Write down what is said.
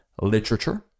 literature